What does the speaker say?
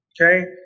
okay